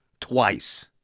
twice